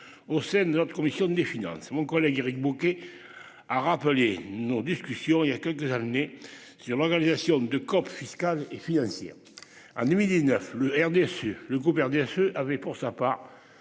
au sein de notre commission des finances, c'est mon collègue Éric Bocquet a rappelé nos discussions il y a que des années sur l'organisation de fiscale et financière. Un nuit 19 l'air déçu le groupe RDSE avait pour sa part.